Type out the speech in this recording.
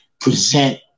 present